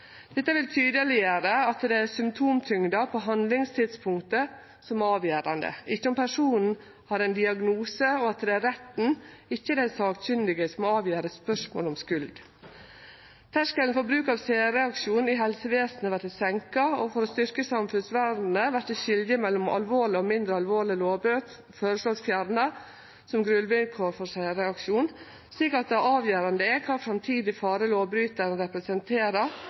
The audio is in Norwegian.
Dette vil tydeleggjere at det er symptomtyngda på handlingstidspunktet som er avgjerande, ikkje om personen har ein diagnose og at det er retten, ikkje dei sakkunnige, som avgjer spørsmålet om skuld. Terskelen for bruk av særreaksjon i helsevesenet vert seinka, og for å styrkje samfunnsvernet vert skiljet mellom alvorlege og mindre alvorlege lovbrot foreslått fjerna som grunnvilkår for særreaksjon, slik at det avgjerande er kva framtidig fare lovbrytaren representerer,